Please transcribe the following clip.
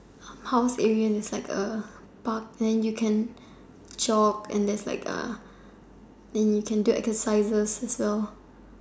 house area there's like a park area then you can jog and there's like a and you can do exercises as well